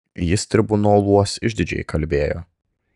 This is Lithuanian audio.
jis tribunoluos išdidžiai kalbėjo